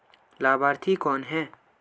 लाभार्थी कौन है?